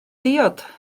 diod